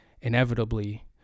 inevitably